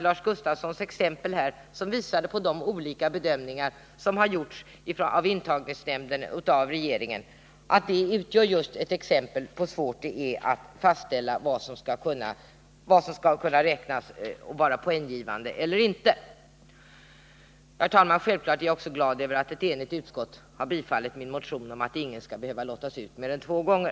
Lars Gustafssons exempel på de olika bedömningar som har gjorts av intagningsnämnden och av regeringen visar just hur svårt det är att fastställa vad som skall vara poänggivande. Självfallet är jag också glad över att ett enigt utskott har tillstyrkt min motion om att ingen skall behöva lottas ut mer än två gånger.